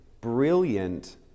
brilliant